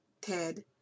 Ted